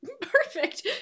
perfect